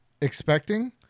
expecting